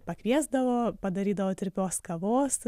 pakviesdavo padarydavo tirpios kavos